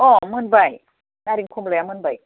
अह मोनबाय नारें खमलाया मोनबाय